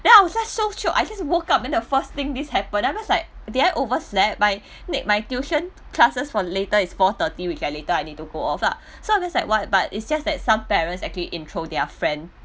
then I was just so shock I just woke up and then the first thing this happen but I was like did I overslept my make my tuition classes for later is four thirty which I later I need to go off lah so I'm just like what but is just that some parent actually intro their friend